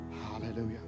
Hallelujah